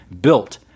built